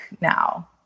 now